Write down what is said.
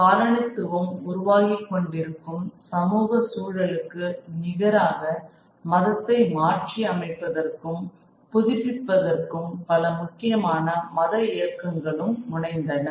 காலனித்துவம் உருவாகிக்கொண்டிருக்கும் சமூக சூழலுக்கு நிகராக மதத்தை மாற்றி அமைப்பதற்கும் புதுப்பிப்பதற்கும் பல முக்கியமான மத இயக்கங்களும் முனைந்தன